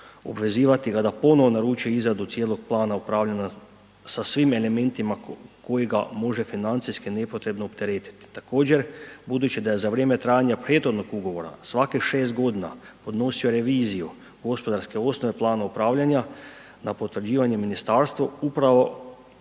obvezvati ga da da ponovno naručuje izradu cijelog plana upravljanja sa svim elementima koji ga može financijski nepotrebno opteretiti. Također budući da je za vrijeme trajanja prethodnog ugovora svakih 6 godina podnosio reviziju gospodarske osnove, plana upravljanja na potvrđivanje ministarstvu upravo